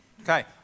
okay